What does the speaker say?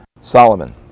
Solomon